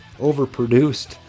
overproduced